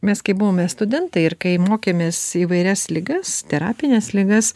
mes kai buvome studentai ir kai mokėmės įvairias ligas terapines ligas